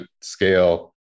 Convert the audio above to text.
scale